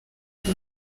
gusa